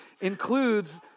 includes